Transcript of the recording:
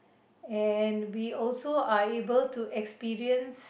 and we also are able to experience